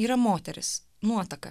yra moteris nuotaka